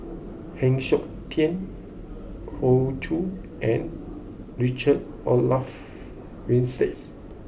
Heng Siok Tian Hoey Choo and Richard Olaf Winstedt